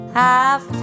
half